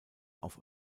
auf